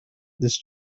this